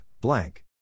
blank